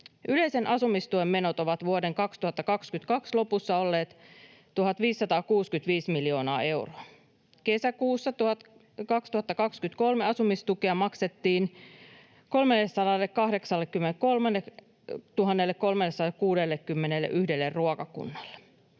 Yleisen asumistuen menot ovat vuoden 2022 lopussa olleet 1 565 miljoonaa euroa. Kesäkuussa 2023 asumistukea maksettiin 383 361 ruokakunnalle,